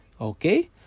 Okay